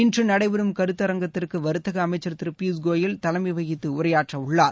இன்று நடைபெறும் கருத்தரங்கத்திற்கு வர்த்தக அமைச்சர் திரு பியூஷ் கோயல் தலைமை வகித்து உரையாற்றவுள்ளார்